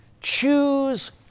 choose